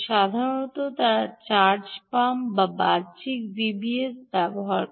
সাধারণত তারা charge pump বা বাহ্যিক Vbs ব্যবহার করে